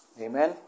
Amen